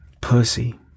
Pussy